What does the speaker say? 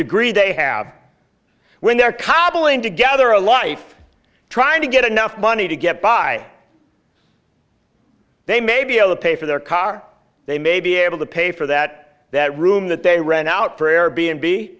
degree they have when they're cobbling together a life trying to get enough money to get by they may be able to pay for their car they may be able to pay for that that room that they rent out for air b n b